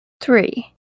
three